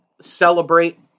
celebrate